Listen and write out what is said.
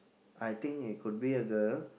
I think it could be a girl